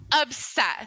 obsessed